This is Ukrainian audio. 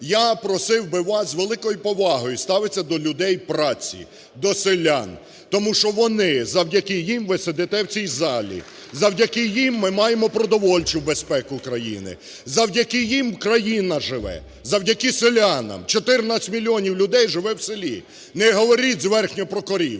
я просив би вас з великою повагою ставитися до людей праці, до селян, тому що вони, завдяки їм ви сидите в цій залі, завдяки їм ми маємо продовольчу безпеку країни, завдяки їм країна живе, завдяки селянам, 14 мільйонів людей живе в селі, не говоріть зверхньо про корів.